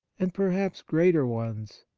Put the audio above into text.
and perhaps greater ones,